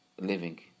living